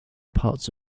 parts